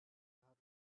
her